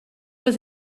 was